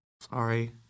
Sorry